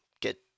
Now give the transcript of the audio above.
get